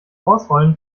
ausrollen